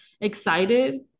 excited